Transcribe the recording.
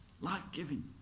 Life-giving